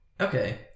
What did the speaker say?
Okay